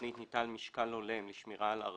לקחנו נוסח ממקום אחר.